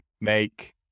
make